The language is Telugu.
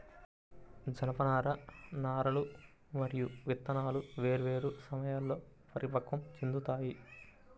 జనపనార నారలు మరియు విత్తనాలు వేర్వేరు సమయాల్లో పరిపక్వం చెందుతాయి